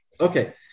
Okay